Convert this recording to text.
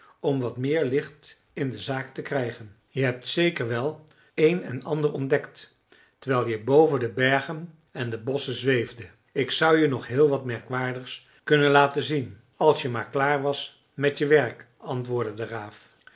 om wat meer licht in de zaak te krijgen je hebt zeker wel een en ander ontdekt terwijl je boven de bergen en de bosschen zweefde ik zou je nog heel wat merkwaardigs kunnen laten zien als je maar klaar was met je werk antwoordde de